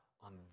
on